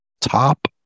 top